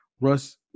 Russ